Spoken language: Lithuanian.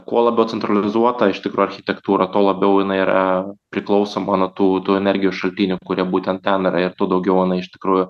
kuo labiau centralizuota iš tikro architektūra tuo labiau jinai yra priklausoma nuo tų tų energijos šaltinių kurie būtent ten yra ir tuo daugiau jinai iš tikrųjų